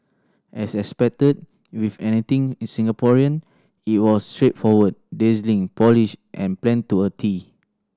as expected with anything in Singaporean it was straightforward dazzling polished and planned to a tee